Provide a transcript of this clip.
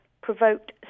provoked